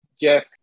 Jeff